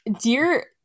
dear